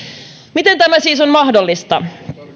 miten tämä siis on mahdollista